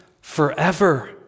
forever